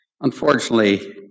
unfortunately